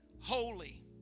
holy